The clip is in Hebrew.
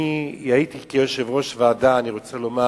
אני הייתי, כיושב-ראש ועדה, אני רוצה לומר